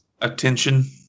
Attention